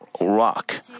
rock